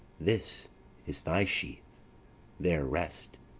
this is thy sheath there rest,